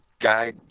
guy